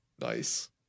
Nice